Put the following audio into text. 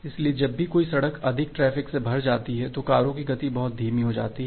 इसलिए जब भी कोई सड़क अधिक ट्रैफिक से अधिक भर जाती है तो कारों की गति बहुत धीमी हो जाती है